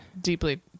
deeply